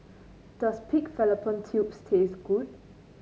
does Pig Fallopian Tubes taste good